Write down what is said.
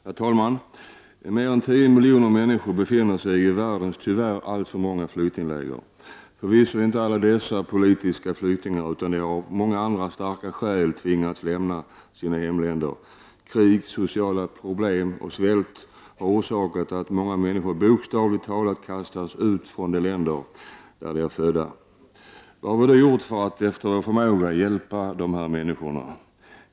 Herr talman! Mer än 10 miljoner människor befinner sig i världens, tyvärr alltför många, flyktingläger. Förvisso är inte alla dessa politiska flyktingar, utan de har av många andra starka skäl tvingats lämna sina hemländer. Krig, sociala problem och svält har orsakat att många människor bokstavligt talat kastats ut från de länder där de är födda. Vad har vi då gjort för att efter vår förmåga hjälpa dessa människor?